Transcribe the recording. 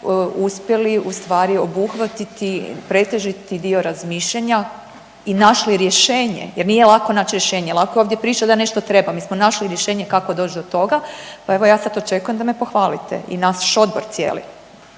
uspjeli ustvari obuhvatiti pretežiti dio razmišljanja i našli rješenje jer nije lako naći rješenje, lako je ovdje pričati da nešto treba. Mi smo našli rješenje kako doći do toga pa evo ja sad očekujem da me pohvalite i naš Odbor cijeli.